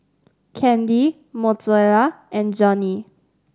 Candy Mozella and Johny